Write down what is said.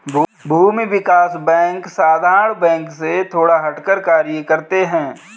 भूमि विकास बैंक साधारण बैंक से थोड़ा हटकर कार्य करते है